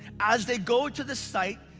as they go to the site,